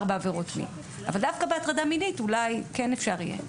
בעבירות מין אבל דווקא בהטרדה מינית אולי כן אפשר יהיה.